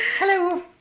Hello